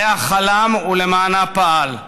ועליה חלם ולמענה פעל,